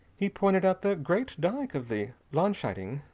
he pointed out the great dike of the landscheiding,